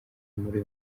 muri